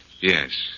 Yes